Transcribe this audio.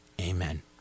Amen